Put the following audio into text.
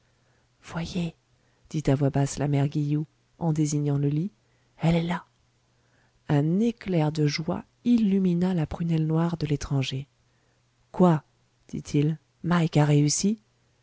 voyez dit à voix basse la mère guilloux en désignant le lit elle est là un éclair de joie illumina la prunelle noire de l'étranger quoi dit-il mike a réussi